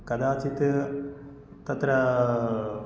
कदाचित् तत्र